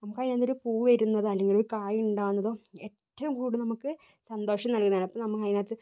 നമുക്ക് അതിന്ന് ഒരു പൂ വരുന്നതോ അല്ലെങ്കിൽ കായ് ഉണ്ടാകുന്നതോ ഏറ്റവും കൂടുതൽ നമുക്ക് സന്തോഷം നൽകുന്നതാണ് അപ്പം നമ്മള് അതിനകത്ത്